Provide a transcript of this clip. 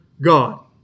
God